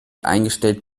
eingestellt